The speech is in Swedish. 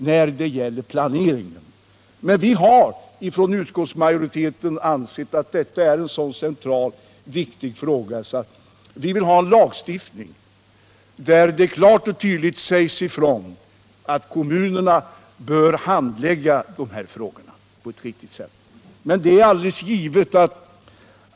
Vi reservanter har emellertid ansett att planeringen är en så central och viktig fråga att vi för den vill ha en lagstiftning som klart och tydligt säger ifrån att kommunerna på ett riktigt sätt skall handlägga de frågor som hänger samman med den.